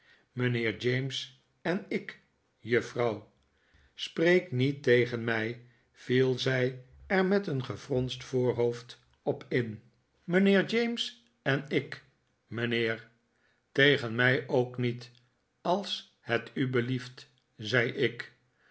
mijnheer james en ik juffrouw spreek niet tegen mij viel zij er met een gefronst voorhoofd op in david copperfield mijnheer james en ik r mijnheer tegen mij ook niet als het u belieit zei ik